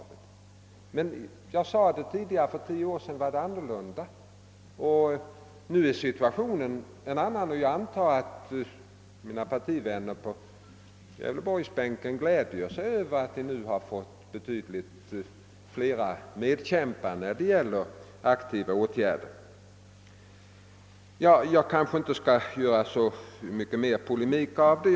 Men som jag sade tidigare var det annorlunda för tio år sedan. Nu är situationen en annan. Jag antar att mina partivänner på gävleborgsbänken gläder sig över att de nu har fått betydligt fler medkämpar när det gäller att vidta aktiva lokaliseringsåtgärder. Nu skall jag emellertid inte polemisera mera i den frågan.